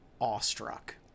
awestruck